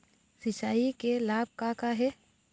सिचाई के लाभ का का हे?